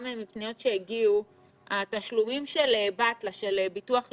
התשלומים של ביטוח לאומי,